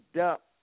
up